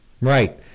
Right